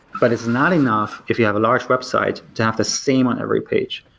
but is not enough if you have a large website to have the same on every page.